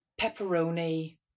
pepperoni